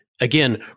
again